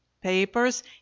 papers